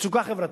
מצוקה חברתית,